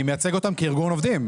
אני מייצג אותם כארגון עובדים.